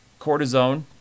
cortisone